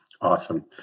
Awesome